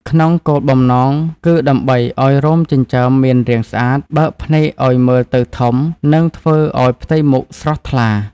ក្នុងគោលបំណងគឺដើម្បីឲ្យរោមចិញ្ចើមមានរាងស្អាត បើកភ្នែកឲ្យមើលទៅធំ និងធ្វើឲ្យផ្ទៃមុខស្រស់ថ្លា។